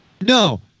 No